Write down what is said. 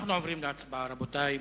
אנחנו עוברים להצבעה, רבותי.